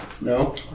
No